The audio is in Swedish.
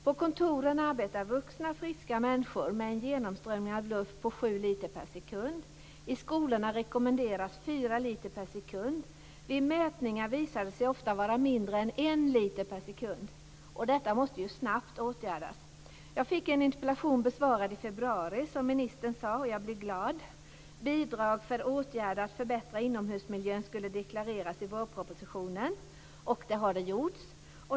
På kontoren arbetar vuxna friska människor med en genomströmning av luft på sju liter per sekund. I skolorna rekommenderas fyra liter per sekund. Vid mätningar visar det sig ofta vara mindre än en liter per sekund. Detta måste snabbt åtgärdas. Jag fick en interpellation besvarad i februari, som ministern sade. Jag blev glad. Ett förslag om bidrag för åtgärder för att förbättra inomhusmiljön skulle presenteras i vårpropositionen, och det gjordes.